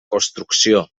construcció